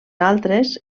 altres